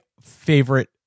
favorite